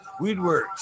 Weedworks